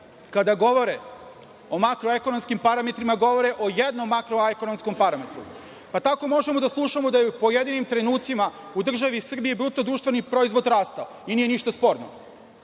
kada govore o makroekonomskim parametrima, govore o jednom makroekonomskom parametru. Tako možemo da slušamo da je u pojedinim trenucima u državi Srbiji bruto društveni proizvod rastao i nije ništa sporno,